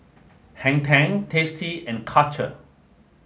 Hang Ten Tasty and Karcher